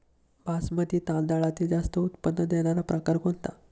बासमती तांदळातील जास्त उत्पन्न देणारा प्रकार कोणता?